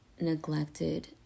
neglected